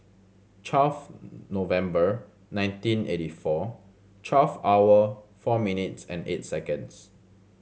twelve November nineteen eighty four twelve hour four minutes and eight seconds